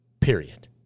Period